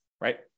right